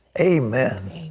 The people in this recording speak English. amen.